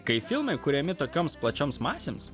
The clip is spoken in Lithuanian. kai filmai kuriami tokioms plačioms masėms